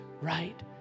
right